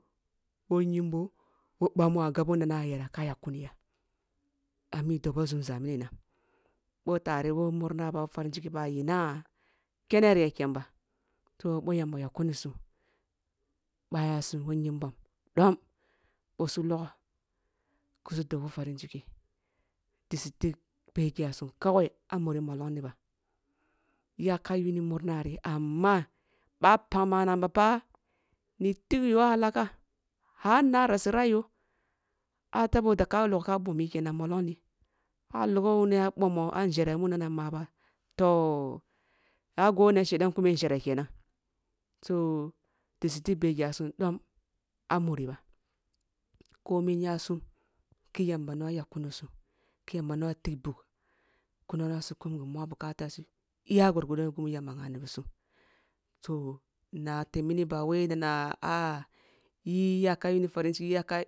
Wo yimbo, woъamu a gabo na’ma ayera ka yakkuniya ami dobo nȝumȝa minnal ъo tare wo murna ba farin chiki ba aina kene re ya ken ba toh ъo yamba yakkun sum, ъayasum wo yinbam dom ъo su logo su su dob wo farin chiki ɗisu tig bege yasum kawai a muri mollong ɗi ba, yaka yunni murnari amma ъa pag manang ba ni tigyo a hallaka, har na rasi rai yo, a sabo da ka logha bomyi kenan mollong ɗi, ъa’alo gho wuni ma ya ъomo a njere munana maba toh, a gabo na shedan kume njere kenan, so da su tig beg e’asum dom amuriba kome yasum khi yamba noni yakunisum, hki yamba noni tig bug khi noni su kum gi mua bu kata sum, iya gor godo gimu yamba ghanibisum, so nnateb mina bawal nnana a eyaka yuni farin chiki